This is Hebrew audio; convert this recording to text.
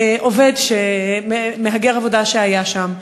עובד, מהגר עבודה שהיה שם?